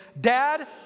dad